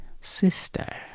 sister